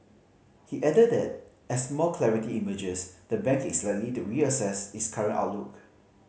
he added that as more clarity emerges the bank is likely to reassess its current outlook